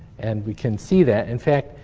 and we can see that, in fact,